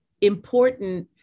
important